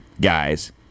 Guys